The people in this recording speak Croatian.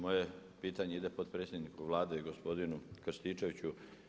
Moje pitanje ide potpredsjedniku Vlade i gospodinu Krstičeviću.